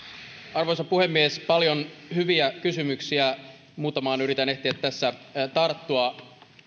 arvoisa puhemies paljon hyviä kysymyksiä muutamaan yritän ehtiä tässä tarttua